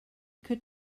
could